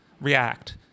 React